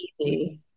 easy